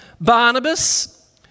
Barnabas